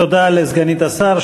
תודה לסגנית השר.